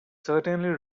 certainly